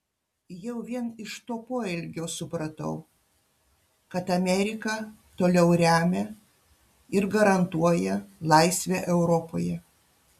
jau vien iš to poelgio supratau kad amerika toliau remia ir garantuoja laisvę europoje